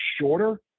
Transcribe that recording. shorter